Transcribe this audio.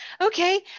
okay